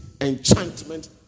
enchantment